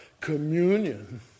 communion